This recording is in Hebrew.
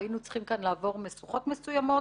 היינו צריכים לעבור כאן משוכות מסוימות